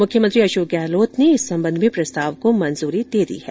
मुख्यमंत्री अशोक गहलोत ने इस संबंध में प्रस्ताव को मंजूरी दे दी है